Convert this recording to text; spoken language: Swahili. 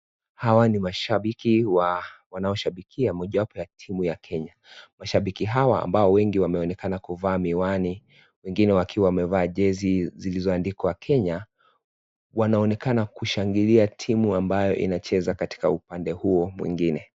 Hawa ni mashabiki wanaoshabikia mojawapo ya timu Kenya mashabiki hawa ambao wengi wanaonekana kuvaa miwani wengine wakiwa wamevaa jesi zilizoandikwa Kenya wanaonekana kushangilia timu ambayo inacheza katika upande huo mwingine.